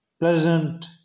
pleasant